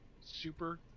super